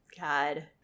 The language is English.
God